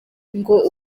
ngo